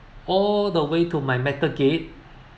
all the way to my metal gate